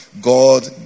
god